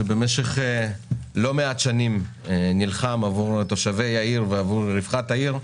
שבמשך לא מעט שנים נלחם עבור תושבי העיר ועבור רווחת העיר.